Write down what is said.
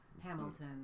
Hamilton